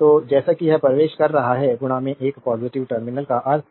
तो जैसा कि यह प्रवेश कर रहा है एक पॉजिटिव टर्मिनल का अर्थ